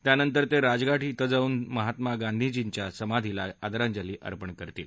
त्यानंतर ते राजघाट इथं जाऊन महात्मा गांधीजींच्या समाधीला आदरांजली अर्पण करणार आहेत